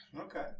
Okay